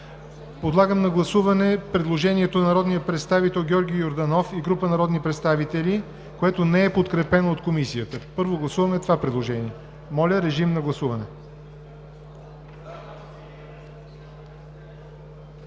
Подлагам на гласуване предложението на народния представител Георги Йорданов и група народни представители, което не е подкрепено от Комисията. Моля, режим на гласуване.